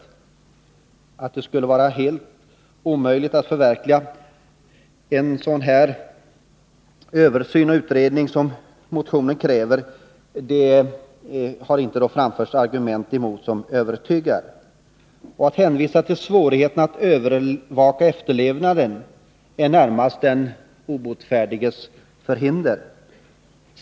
Några övertygande argument för att det skulle vara helt omöjligt att förverkliga kravet på en översyn och utredning har inte framförts. Att hänvisa till svårigheterna att övervaka efterlevnaden är närmast ett uttryck för de obotfärdigas förhinder.